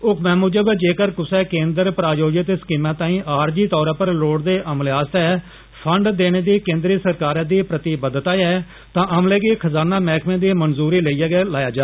हुक्मै मुजब जेकर कुसै केंद्र प्रायोजित स्कीम ताई आरजी तौर पर लोड़चदे अमले आस्तै फंड देने दी केंद्री सरकार दी प्रतिबद्धता ऐ तां अमले गी खजाना मैहकमे दी मंजूरी लेइयै गै लाया जा